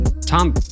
Tom